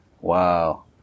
Wow